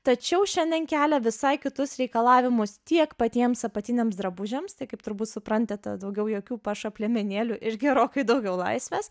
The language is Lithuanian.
tačiau šiandien kelia visai kitus reikalavimus tiek patiems apatiniams drabužiams tai kaip turbūt suprantate daugiau jokių pašap liemenėlių ir gerokai daugiau laisvės